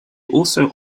also